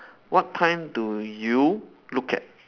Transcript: what time do you look at